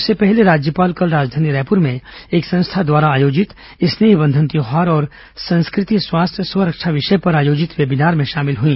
इससे पहले राज्यपाल कल राजधानी रायपुर में एक संस्था द्वारा आयोजित स्नेह बंधन त्योहार और संस्कृति स्वास्थ्य स्वरक्षा विषय पर आयोजित वेबीनार में शामिल हुई